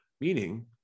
Meaning